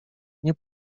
nie